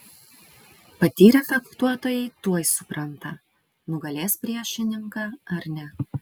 patyrę fechtuotojai tuoj supranta nugalės priešininką ar ne